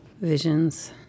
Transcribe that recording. Visions